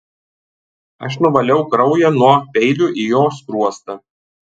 aš nuvaliau kraują nuo peilio į jo skruostą